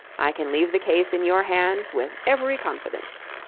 i can leave the case in your hands with every confidence.